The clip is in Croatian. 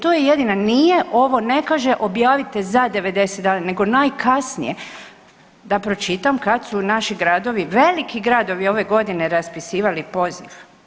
To je jedina, nije ovo ne kaže objavite za 90 dana, nego najkasnije, da pročitam kad su naši gradovi, veliki gradovi ove godine raspisivali poziv.